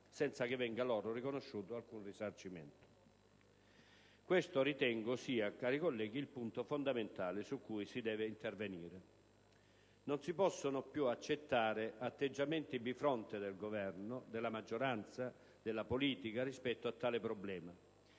senza che venga loro riconosciuto alcun risarcimento. Cari colleghi, ritengo che questo sia il punto fondamentale su cui si deve intervenire. Non si possono più accettare atteggiamenti bifronte del Governo, della maggioranza e della politica rispetto a tale problema.